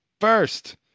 first